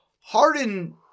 Harden